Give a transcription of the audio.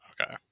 Okay